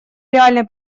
реальной